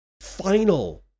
final